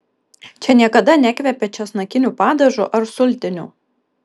čia niekada nekvepia česnakiniu padažu ar sultiniu